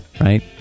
right